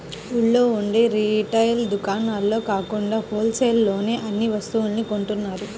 ఊళ్ళో ఉండే రిటైల్ దుకాణాల్లో కాకుండా హోల్ సేల్ లోనే అన్ని వస్తువుల్ని కొంటున్నారు